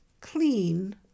clean